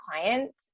clients